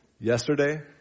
Yesterday